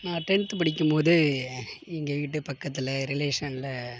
நான் டென்த்து படிக்கும்போது எங்கள் வீட்டுக்கு பக்கத்தில் ரிலேஷனில்